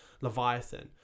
Leviathan